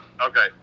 Okay